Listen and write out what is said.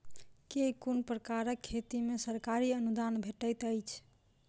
केँ कुन प्रकारक खेती मे सरकारी अनुदान भेटैत अछि?